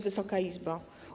Wysoka Izbo!